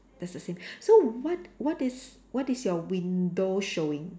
that's the same so what what is what is your window showing